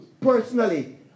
personally